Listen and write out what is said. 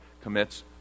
commits